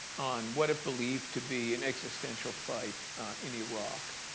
on what it believed to be an existential fight in iraq.